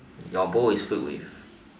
your bowl is filled with